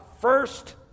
first